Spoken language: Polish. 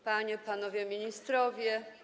Panie i Panowie Ministrowie!